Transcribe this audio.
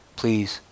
please